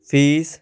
fees